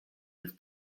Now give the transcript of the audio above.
with